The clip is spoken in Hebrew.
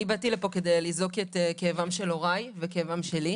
אני באתי לפה כדי לזעוק את כאבם של הוריי והכאב שלי,